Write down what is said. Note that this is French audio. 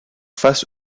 face